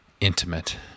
intimate